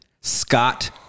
scott